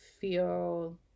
feel